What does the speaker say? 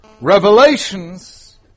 revelations